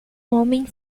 homem